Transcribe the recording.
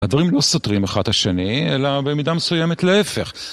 הדברים לא סותרים אחד את השני, אלא במידה מסוימת להפך.